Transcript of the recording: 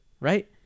right